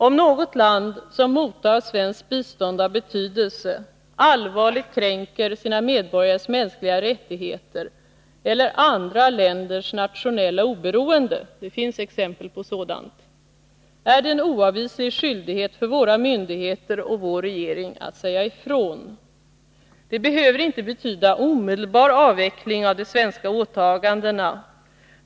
Om något land, som mottar svenskt bistånd av betydelse, allvarligt kränker sina medborgares mänskliga rättigheter eller andra länders natio nella oberoende — det finns exempel på sådant — är det en oavvislig skyldighet för våra myndigheter och vår regering att säga ifrån. Det behöver inte betyda omedelbar avveckling av de svenska åtagandena.